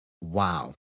wow